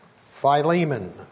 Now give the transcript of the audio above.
Philemon